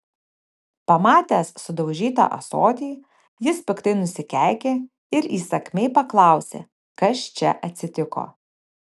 pamatęs sudaužytą ąsotį jis piktai nusikeikė ir įsakmiai paklausė kas čia atsitiko